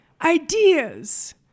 ideas